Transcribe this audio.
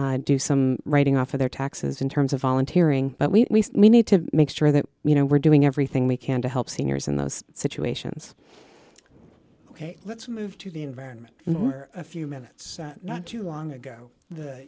to do some writing off their taxes in terms of volunteering but we need to make sure that you know we're doing everything we can to help seniors in those situations ok let's move to the environment where a few minutes not too long ago the